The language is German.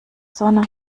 sonne